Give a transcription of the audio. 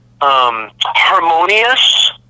harmonious